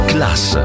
Class